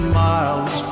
miles